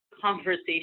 conversation